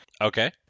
Okay